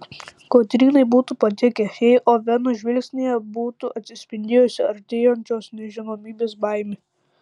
kotrynai būtų patikę jei oveno žvilgsnyje būtų atsispindėjusi artėjančios nežinomybės baimė